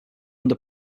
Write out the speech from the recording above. under